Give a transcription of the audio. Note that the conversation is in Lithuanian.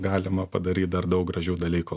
galima padaryt dar daug gražių dalykų